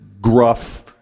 gruff